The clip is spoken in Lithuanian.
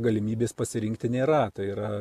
galimybės pasirinkti nėra tai yra